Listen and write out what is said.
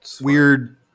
weird